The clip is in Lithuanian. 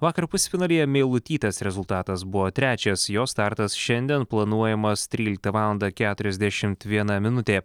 vakar pusfinalyje meilutytės rezultatas buvo trečias jos startas šiandien planuojamas tryliktą valandą keturiasdešimt viena minutė